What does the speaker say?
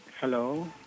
Hello